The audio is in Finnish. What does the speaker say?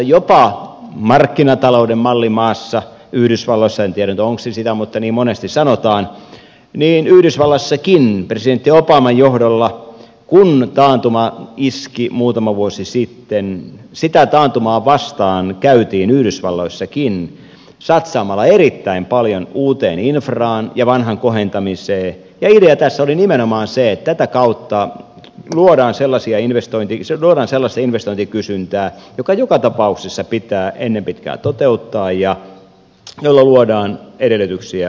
jopa markkinatalouden mallimaassa yhdysvalloissa en tiedä onko se sitä mutta niin monesti sanotaan presidentti obaman johdolla kun taantuma iski muutama vuosi sitten sitä taantumaa vastaan käytiin yhdysvalloissakin satsaamalla erittäin paljon uuteen infraan ja vanhan kohentamiseen ja idea tässä oli nimenomaan se että tätä kautta luodaan sellaista investointikysyntää joka joka tapauksessa pitää ennen pitkää toteuttaa ja jolla luodaan edellytyksiä uudelle kasvulle